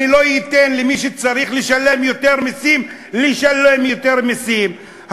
אני לא אתן למי שצריך לשלם יותר מסים לשלם יותר מסים,